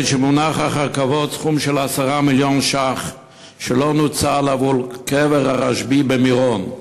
שמונח אחר כבוד סכום של 10 מיליון ש"ח שלא נוצל עבור קבר הרשב"י במירון,